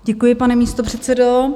Děkuji, pane místopředsedo.